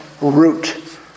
root